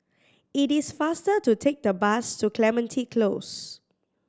it is faster to take the bus to Clementi Close